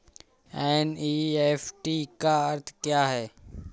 NEFT का अर्थ क्या है?